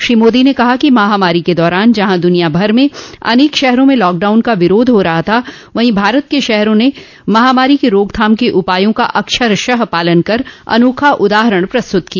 श्री मोदी ने कहा कि महामारी के दौरान जहां दूनिया भर में अनेक शहरों में लॉकडाउन का विरोध हो रहा था वहीं भारत के शहरों ने महामारी को रोकथाम के उपायों का अक्षरशः पालन कर अनोखा उदाहरण प्रस्तुत किया